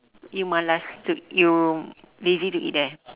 you malas to you lazy to eat there